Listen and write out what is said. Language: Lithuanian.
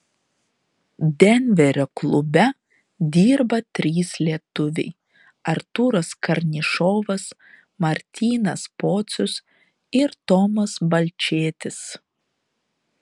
denverio klube dirba trys lietuviai artūras karnišovas martynas pocius ir tomas balčėtis